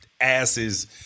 asses